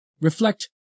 Reflect